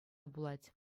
пулать